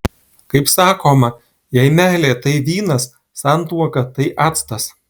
kaip sakoma jei meilė tai vynas santuoka tai actas